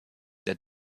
der